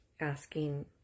asking